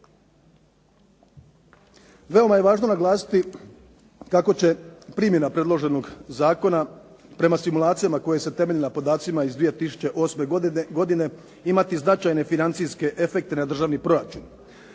Veoma je važno naglasiti kako će primjena predloženog zakona prema stimulacijama koje se temelje na podacima iz 2008. godine imati značajne financijske efekte na državni proračun,